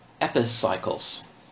epicycles